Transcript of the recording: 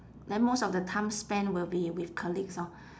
then most of the time spent will be with colleagues orh